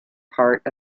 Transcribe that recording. part